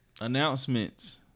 Announcements